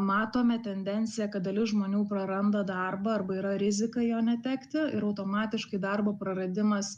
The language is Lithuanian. matome tendenciją kad dalis žmonių praranda darbą arba yra rizika jo netekti ir automatiškai darbo praradimas